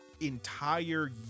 entire